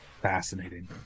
Fascinating